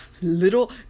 little